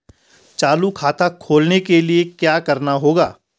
चालू खाता खोलने के लिए क्या करना होगा?